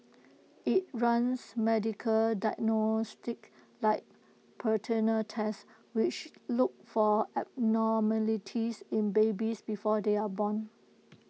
IT runs medical diagnostics like prenatal tests which look for abnormalities in babies before they are born